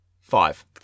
Five